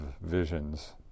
visions